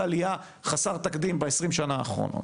עלייה חסר תקדים בעשרים השנים האחרונות.